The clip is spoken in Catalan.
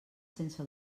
sense